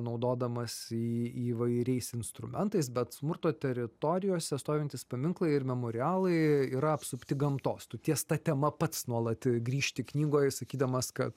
naudodamas į į įvairiais instrumentais bet smurto teritorijose stovintys paminklai ir memorialai yra apsupti gamtos tu ties ta tema pats nuolat grįžti knygoj sakydamas kad